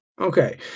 Okay